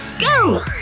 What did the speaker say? go!